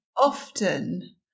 often